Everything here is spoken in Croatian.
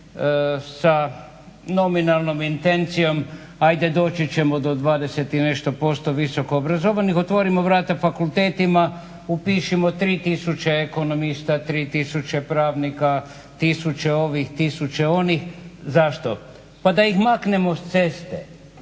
sa nominalnom intencijom, ajde doći ćemo do dvadeset i nešto posto visoko obrazovanih, otvorimo vrata fakultetima upišimo tri tisuće ekonomista, tri tisuće pravnika, tisuće ovih, tisuće onih, zašto? Pa da ih maknemo s ceste,